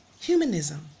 humanism